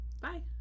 Bye